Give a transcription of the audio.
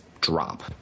drop